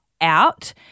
out